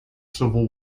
civil